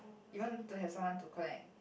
you want to have someone to collect